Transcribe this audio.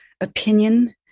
opinion